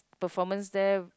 performance there